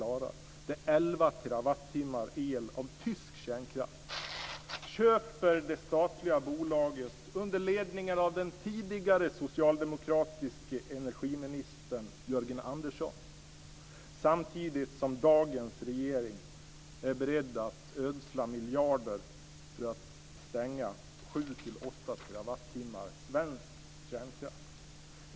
Det är 11 terawattimmar el av tysk kärnkraft. Det köper det statliga bolaget under ledning av den tidigare socialdemokratiske energiministern Jörgen Andersson samtidigt som dagens regering är beredd att ödsla miljarder för att stänga 7-8 terawattimmar svensk kärnkraft.